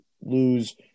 lose